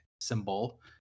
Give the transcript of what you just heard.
symbol